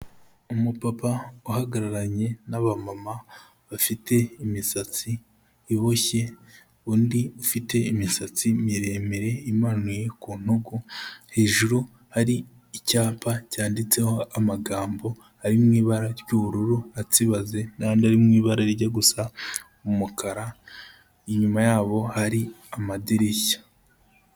Umu papa uhagararanye n'aba mama bafite imisatsi iboshye, undi ufite imisatsi miremire imanuye ku ntugu, hejuru hari icyapa cyanditseho amagambo ari mu ibara ry'ubururu atsibaze, n'andi ari mu ibara rijya gusa umukara, inyuma yabo hari amadirishya.